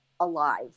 Alive